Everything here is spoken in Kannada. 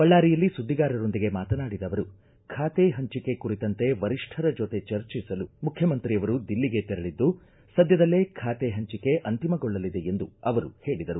ಬಳ್ಳಾರಿಯಲ್ಲಿ ಸುದ್ದಿಗಾರರೊಂದಿಗೆ ಮಾತನಾಡಿದ ಅವರು ಖಾತೆ ಹಂಚಿಕೆ ಕುರಿತಂತೆ ವರಿಷ್ಠರ ಜೊತೆ ಚರ್ಚಿಸಲು ಮುಖ್ಯಮಂತ್ರಿಯವರು ದಿಲ್ಲಿಗೆ ತೆರಳಿದ್ದು ಸದ್ಯದಲ್ಲೇ ಖಾತೆ ಪಂಚಿಕೆ ಅಂತಿಮಗೊಳ್ಳಲಿದೆ ಎಂದು ಅವರು ಹೇಳಿದರು